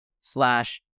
slash